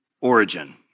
origin